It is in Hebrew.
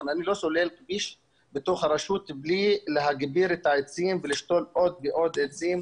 אני לא סולל כביש בתוך הרשות בלי להגביר את העצים ולשתול עוד ועוד עצים.